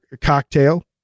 cocktail